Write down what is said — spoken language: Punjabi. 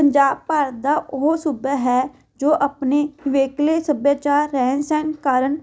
ਪੰਜਾਬ ਭਾਰਤ ਦਾ ਉਹ ਸੂਬਾ ਹੈ ਜੋ ਆਪਣੇ ਨਿਵੇਕਲੇ ਸੱਭਿਆਚਾਰ ਰਹਿਣ ਸਹਿਣ ਕਾਰਨ